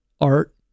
art